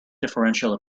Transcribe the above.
differential